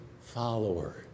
follower